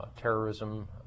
terrorism